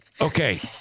Okay